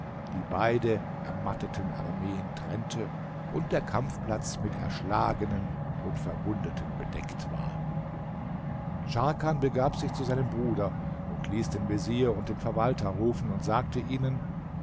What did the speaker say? die beide ermatteten armeen trennte und der kampfplatz mit erschlagenen und verwundeten bedeckt war scharkan begab sich zu seinem bruder und ließ den vezier und den verwalter rufen und sagte ihnen